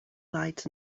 lights